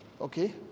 okay